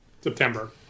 September